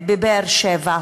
בבאר-שבע.